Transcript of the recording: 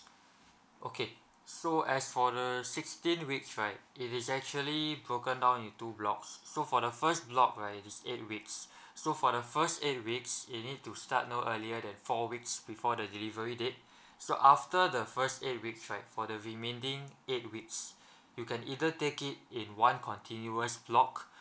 okay so as for the sixteen weeks right it is actually broken down into two blocks so for the first block right it's eight weeks so for the first eight weeks you need to start no earlier than four weeks before the delivery date so after the first eight weeks right for the remaining eight weeks you can either take it in one continuous block